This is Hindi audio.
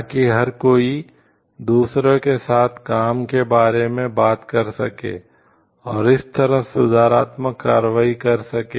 ताकि हर कोई दूसरों के साथ काम के बारे में बात कर सके और इस तरह सुधारात्मक कार्रवाई कर सके